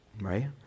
right